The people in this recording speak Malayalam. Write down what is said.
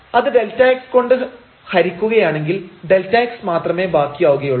അത് Δx കൊണ്ട് ഹരിക്കുകയാണെങ്കിൽ Δx മാത്രമേ ബാക്കി ആവുകയുള്ളൂ